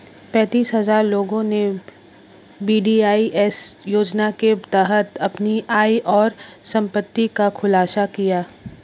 पेंतीस हजार लोगों ने वी.डी.आई.एस योजना के तहत अपनी आय और संपत्ति का खुलासा किया